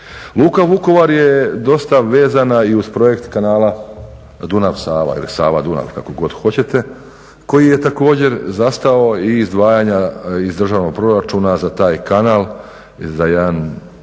Luka Vukovar je dosta vezana i uz projekt kanala Dunav-Sava ili Sava-Dunav, kako god hoćete, koji je također zastao i izdvajanja iz državnog proračuna za taj kanal, za jedan